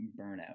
burnout